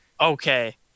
Okay